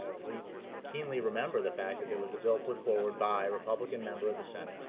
we keenly remember the fact that there was a bill put forward by a republican member of the senate,